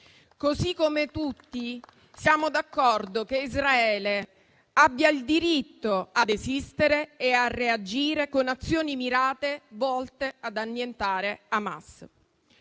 Così come tutti siamo d'accordo che Israele abbia il diritto ad esistere e a reagire con azioni mirate volte ad annientare Hamas.